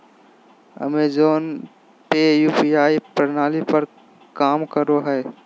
Amazon pay UPI प्रणाली पर काम करो हय